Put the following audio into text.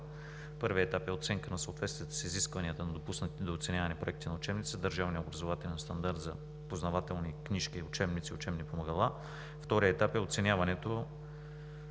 Първият етап е оценка на съответствията с изискванията на допуснатите до оценяване проекти на учебници, държавният образователен стандарт за познавателни книжки и учебници и учебни помагала. Вторият етап от оценяването